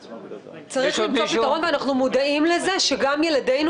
צריך למצוא פתרון ואנחנו מודעים לכך שגם ילדינו